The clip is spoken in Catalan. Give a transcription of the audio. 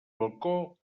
balcó